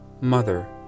mother